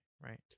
Right